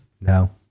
No